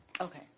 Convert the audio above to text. Okay